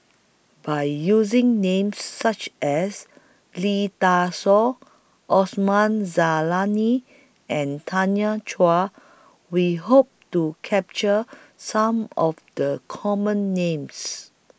By using Names such as Lee Dai Soh Osman Zailani and Tanya Chua We Hope to capture Some of The Common Names